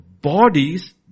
bodies